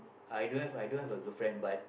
I don't have I don't have a girlfriend but